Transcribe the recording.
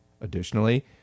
Additionally